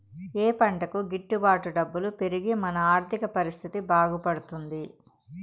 ఏ పంటకు గిట్టు బాటు డబ్బులు పెరిగి మన ఆర్థిక పరిస్థితి బాగుపడుతుంది?